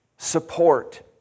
Support